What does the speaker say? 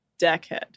deckhead